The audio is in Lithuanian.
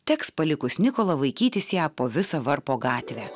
teks palikus nikolą vaikytis ją po visą varpo gatvę